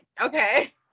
okay